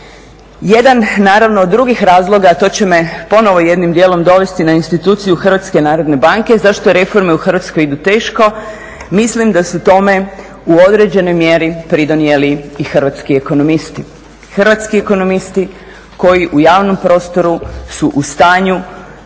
Jedan naravno od drugih razloga, to će me ponovo jednim dijelom dovesti na instituciju HNB-a, zašto reforme u Hrvatskoj idu teško? Mislim da su tome u određenoj mjeri pridonijeli i hrvatski ekonomisti. Hrvatski ekonomisti koji u javnom prostoru su u stanju